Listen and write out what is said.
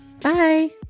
Bye